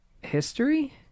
History